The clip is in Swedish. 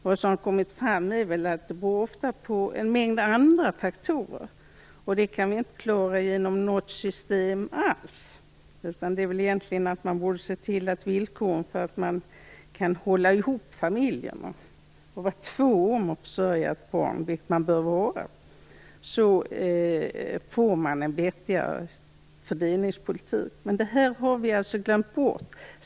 Vad som har kommit fram är att det ofta beror på en mängd andra faktorer, som vi inte kan klara genom något system över huvud taget. Egentligen handlar det väl om villkoren för att familjen skall kunna hålla ihop, dvs. att vara två om att försörja ett barn, vilket man bör vara. På det sättet får man en vettigare fördelningspolitik. Men detta har man alltså glömt bort.